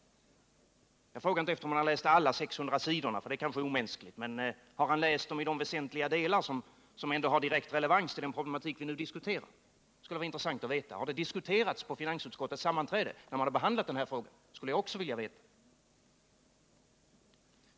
Jag frågar inte om han har läst alla 600 sidorna, det kanske är omänskligt. Men har han läst betänkandet i de väsentliga delar som ändå har direkt relevans till den problematik som vi nu diskuterar? Det kunde vara intressant att veta. Har det diskuterats på finansutskottets sammanträde när man behandlade denna fråga? Det skulle jag också vilja veta.